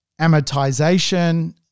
amortization